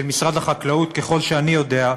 משרד החקלאות, ככל שאני יודע,